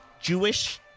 Jewish